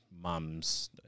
mums